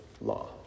law